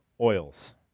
oils